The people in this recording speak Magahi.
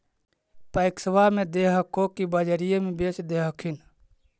पैक्सबा मे दे हको की बजरिये मे बेच दे हखिन?